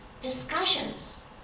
discussions